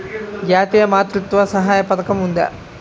జాతీయ మాతృత్వ సహాయ పథకం ఉందా?